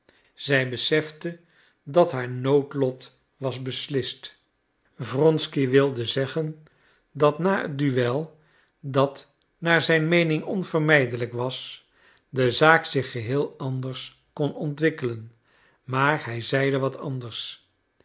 zij besefte dat haar noodlot was beslist wronsky wilde zeggen dat na het duel dat naar zijn meening onvermijdelijk was de zaak zich geheel anders kon ontwikkelen maar hij zeide wat anders